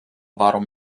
warum